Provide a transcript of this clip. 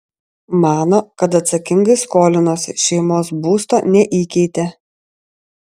mano kad atsakingai skolinosi šeimos būsto neįkeitė